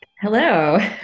Hello